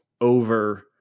over